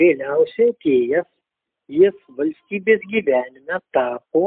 vėliausiai atėjęs jis valstybės gyvenime tapo